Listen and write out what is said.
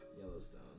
Yellowstone